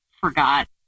forgot